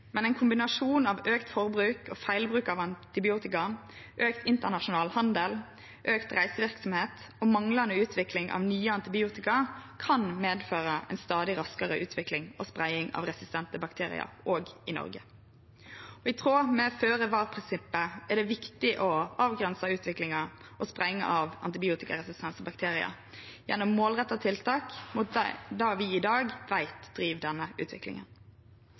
men ein kombinasjon av auka forbruk og feilbruk av antibiotika, auka internasjonal handel, auka reiseverksemd og manglande utvikling av nye antibiotika kan medføre ei stadig raskare utvikling og spreiing av resistente bakteriar òg i Noreg. I tråd med føre var-prinsippet er det viktig å avgrense utviklinga og spreiinga av antibiotikaresistente bakteriar gjennom målretta tiltak mot det vi i dag veit driv denne utviklinga.